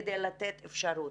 כדי לתת אפשרות.